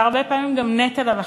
והרבה פעמים גם נטל על החברה.